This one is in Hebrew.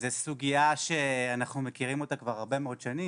זו סוגיה שאנחנו מכירים אותה כבר הרבה מאוד שנים.